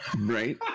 Right